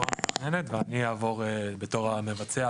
ואני אעבור בתור המבצע,